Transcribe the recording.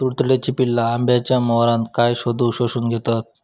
तुडतुड्याची पिल्ला आंब्याच्या मोहरातना काय शोशून घेतत?